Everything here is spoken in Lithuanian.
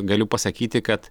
galiu pasakyti kad